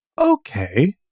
okay